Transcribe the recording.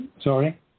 Sorry